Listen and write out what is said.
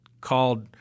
called